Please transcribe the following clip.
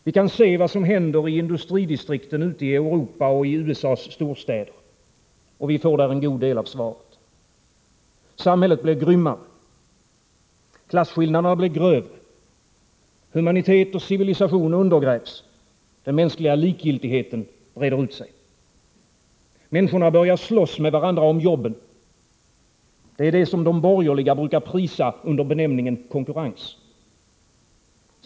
Vi kan se vad som händer i industridistrikten ute i Europa och i USA:s storstäder, och vi får där en god del av svaret. Samhället blir grymmare. Klasskillnaderna blir grövre. Humanitet och civilisation undergrävs, den mänskliga likgiltigheten breder ut sig. Människorna börjar slåss med varandra om jobben — det är det som de borgerliga brukar prisa under benämningen konkurrens.